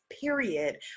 period